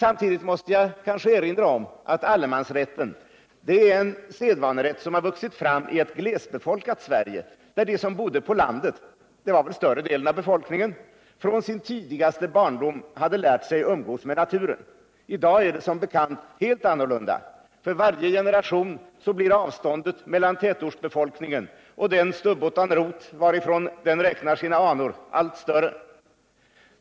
Samtidigt måste jag kanske erinra om att allemansrätten är en sedvanerätt, som har vuxit fram i ett glesbefolkat Sverige, där de som bodde på landet —-det var väl större delen av befolkningen — från sin tidigaste barndom hade lärt sig att umgås med naturen. I dag är det som bekant helt annorlunda. För varje generation blir avståndet mellan tätortsbefolkningen och den stubbotan rot varifrån de räknar sina anor allt större.